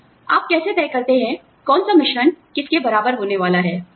आप कैसे तय करते हैं कौन सा मिश्रण किसके बराबर होने वाला है